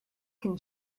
can